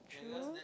true